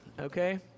okay